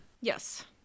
Yes